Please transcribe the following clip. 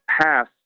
pass